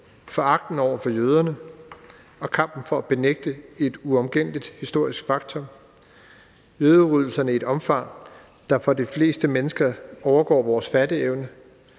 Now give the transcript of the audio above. foragten over for jøderne, og kampen for at benægte et uomgængeligt historisk faktum, jødeudryddelserne, der havde et omfang, der for de fleste mennesker overgår vores fatteevne.